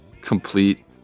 complete